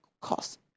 cost